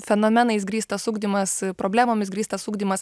fenomenais grįstas ugdymas problemomis grįstas ugdymas